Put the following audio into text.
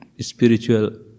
spiritual